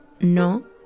no